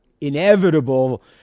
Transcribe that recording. inevitable